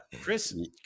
Chris